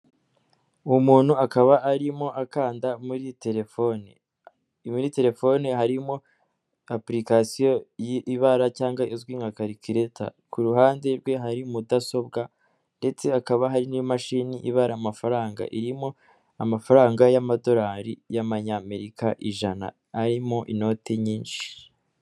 Uwo muntu akaba arimo akanda muri telefone, muri telefone harimo apulikasiyo ibara cyangwa izwi nka karikileta ku ruhande rwe hari mudasobwa ndetse hakaba hari n'imashini ibara amafaranga irimo amafaranga y'amadorari y'amanyamerika ijana arimo inoti nyinshi.